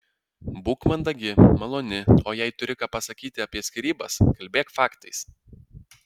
būk mandagi maloni o jei turi ką pasakyti apie skyrybas kalbėk faktais